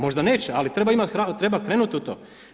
Možda neće ali treba krenuti u to.